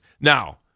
Now